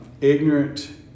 ignorant